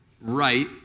right